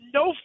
no